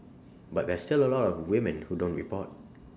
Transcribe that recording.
but there's still A lot of women who don't report